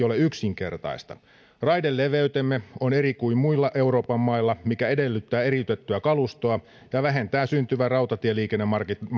ole yksinkertaista raideleveytemme on eri kuin muilla euroopan mailla mikä edellyttää eriytettyä kalustoa ja vähentää syntyvän rautatieliikennemarkkinan